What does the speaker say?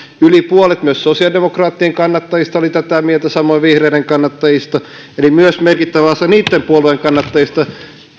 yli puolet myös sosiaalidemokraattien kannattajista oli tätä mieltä samoin vihreiden kannattajista eli myös merkittävä osa niitten puolueiden kannattajista